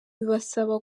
bibasaba